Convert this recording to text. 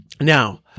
Now